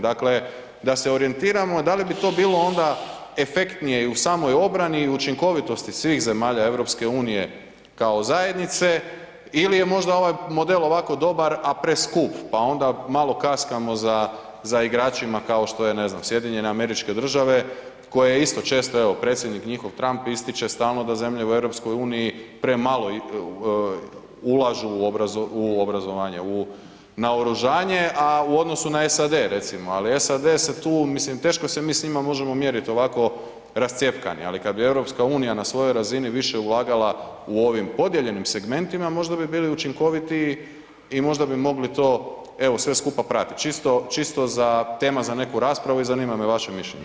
Dakle, da se orijentiramo da li bi to bilo onda efektnije i u samoj obrani i u učinkovitosti svih zemalja EU kao zajednice ili je možda ovaj mode ovako dobar, a preskup, pa onda malo kaskamo za, za igračima kao što je, ne znam, SAD koje isto često evo predsjednik njihov Trump ističe stalno da zemlje u EU premalo ulažu u obrazovanje, u naoružanje, a u odnosu na SAD redimo, ali SAD se tu, mislim teško se mi s njima možemo mjerit ovako rascjepkani, ali kad bi EU na svojoj razini više ulagala u ovim podijeljenim segmentima, možda bi bili učinkoviti i možda bi mogli to evo sve skupa pratit, čisto, čisto za tema za neku raspravu i zanima me vaše mišljenje.